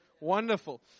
Wonderful